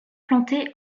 plantée